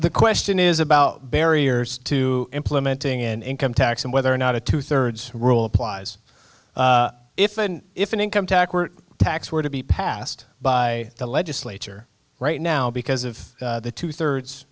the question is about barriers to implementing an income tax and whether or not a two thirds rule applies if and if an income tax tax were to be passed by the legislature right now because of the two thirds